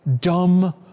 dumb